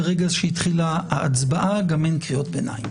ברגע שהתחילה ההצבעה גם אין קריאות ביניים.